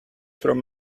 from